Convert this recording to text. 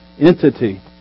entity